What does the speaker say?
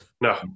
No